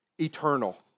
eternal